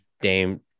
Dame